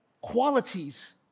qualities